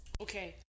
Okay